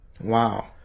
wow